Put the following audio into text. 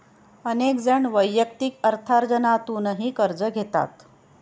अनेक जण वैयक्तिक अर्थार्जनातूनही कर्ज घेतात